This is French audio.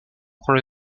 prend